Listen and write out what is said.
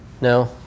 No